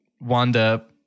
Wanda